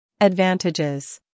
Advantages